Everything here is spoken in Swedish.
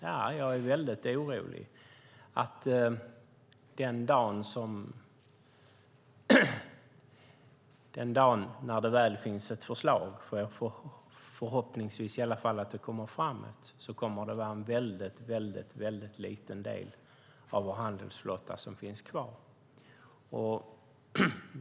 Jag är väldigt orolig att den dag när det väl finns ett förslag - för förhoppningsvis kommer det ett - kommer det att vara en väldigt liten del av vår handelsflotta som finns kvar.